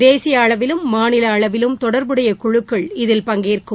தேசியஅளவிலும் மாநிலஅளவிலும் தொடர்புடையகுழுக்கள் இதில் பங்கேற்கும்